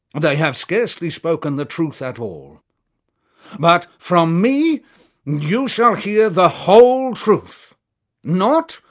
they have scarcely spoken the truth at all but from me you shall hear the whole truth not,